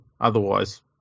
Otherwise